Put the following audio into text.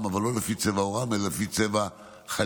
אבל לא לפי צבע עורם אלא לפי צבע חליפתם.